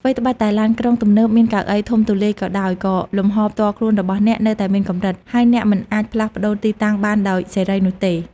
ថ្វីត្បិតតែឡានក្រុងទំនើបមានកៅអីធំទូលាយក៏ដោយ ក៏លំហផ្ទាល់ខ្លួនរបស់អ្នកនៅតែមានកម្រិត ហើយអ្នកមិនអាចផ្លាស់ប្តូរទីតាំងបានដោយសេរីនោះទេ។